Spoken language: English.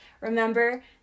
Remember